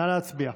נא להצביע.